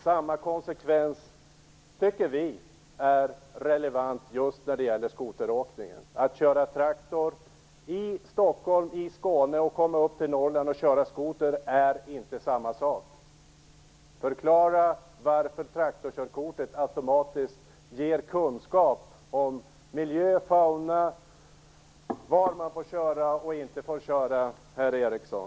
Samma princip är relevant just när det gäller skoteråkning. Att köra traktor i Stockholmsområdet eller i Malmö är inte samma sak som att köra skoter i Norrland. Förklara varför traktorkörkortet automatiskt ger kunskap om miljö och fauna och om var man får och inte får köra, herr Eriksson!